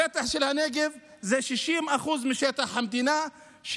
השטח של הנגב הוא 60% משטח המדינה,